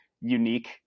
unique